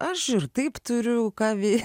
aš ir taip turiu ką veikti